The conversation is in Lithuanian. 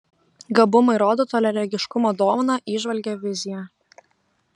gabumai rodo toliaregiškumo dovaną įžvalgią viziją